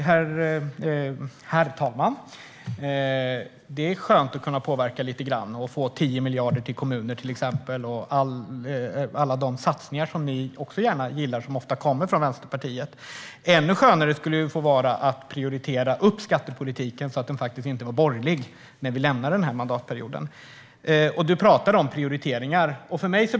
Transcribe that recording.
Herr talman! Det är skönt att kunna påverka lite grann och få 10 miljarder till kommuner till exempel, liksom alla de satsningar som ni också gillar, som ofta kommer från Vänsterpartiet. Ännu skönare skulle det vara att få prioritera upp skattepolitiken, så att den inte är borgerlig när vi lämnar den här mandatperioden. Du pratar om prioriteringar, Maria Strömkvist.